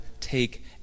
take